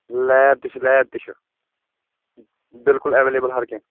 lab تہِ چھُ lab تہِ چھُ بِلکُل اَیٚوَیٚلیبٕل ہر کیٚنٛہہ